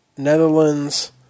Netherlands